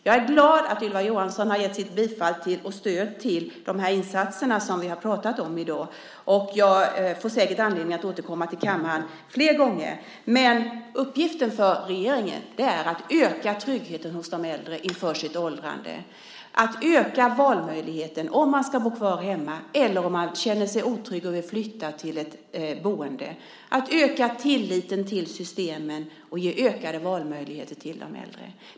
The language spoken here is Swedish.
Jag är glad att Ylva Johansson har gett sitt bifall och stöd till de insatser som vi har pratat om i dag. Jag får säkert anledning att återkomma till kammaren flera gånger. Uppgiften för regeringen är att öka tryggheten hos de äldre inför åldrandet. Vi ska öka valmöjligheten när det gäller om man ska bo kvar hemma eller flytta till ett boende om man känner sig otrygg. Vi ska öka tilliten till systemen och ge ökade valmöjligheter till äldre.